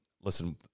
listen